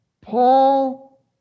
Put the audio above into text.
Paul